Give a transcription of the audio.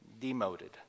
demoted